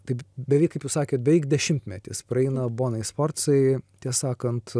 taip beveik kaip jūs sakėt beveik dešimtmetis praeina bonai sforcai tiesą sakant